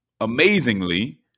amazingly